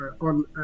on